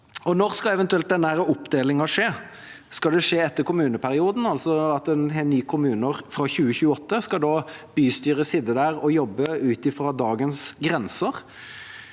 når skal denne oppdelingen eventuelt skje? Skal det skje etter kommuneperioden? Hvis en har nye kommuner fra 2028, skal da bystyret sitte der og jobbe ut fra dagens grenser?